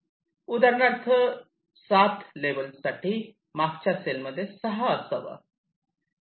उदाहरणार्थ 7 लेव्हल साठी मागच्या सेलमध्ये 6 असावा